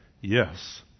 Yes